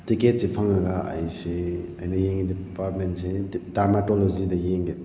ꯇꯤꯀꯦꯠꯁꯤ ꯐꯪꯂꯒ ꯑꯩꯁꯤ ꯑꯩꯅ ꯌꯦꯡꯂꯤ ꯗꯤꯄꯥꯔꯠꯃꯦꯟꯁꯦ ꯗꯔꯃꯥꯇꯣꯂꯣꯖꯤꯗ ꯌꯦꯡꯒꯦ